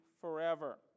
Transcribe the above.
forever